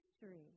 history